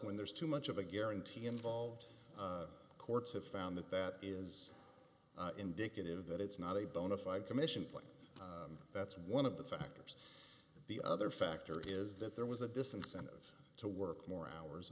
when there's too much of a guarantee involved courts have found that that is indicative that it's not a bona fide commission playing that's one of the factors the other factor is that there was a disincentive to work more hours